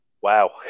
Wow